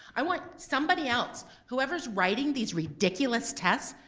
i want somebody else, whoever's writing these ridiculous tests,